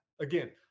again